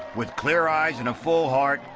with clear eyes and a full heart,